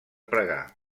pregar